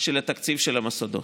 של התקציב של המוסדות.